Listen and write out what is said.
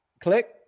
click